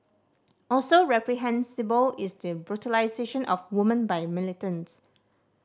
also reprehensible is the brutalisation of woman by militants